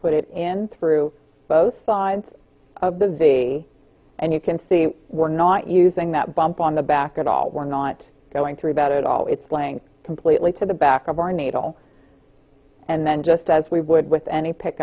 put it in through both sides of the v and you can see we're not using that bump on the back at all we're not going through about it all it's laying completely to the back of our natal and then just as we would with any pick